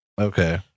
Okay